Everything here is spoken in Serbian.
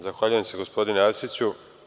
Zahvaljujem se gospodine Arsiću.